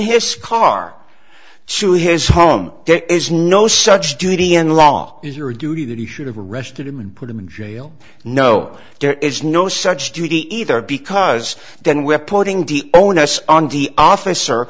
his car show his home there is no such duty in law is your duty that he should have arrested him and put him in jail no there is no such duty either because then we are putting the onus on the officer